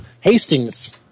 hastings